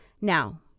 now